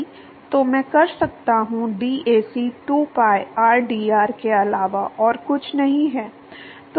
तो मैं कर सकता हूँ dAc 2pi rdr के अलावा और कुछ नहीं है